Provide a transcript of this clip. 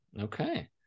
okay